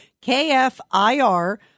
K-F-I-R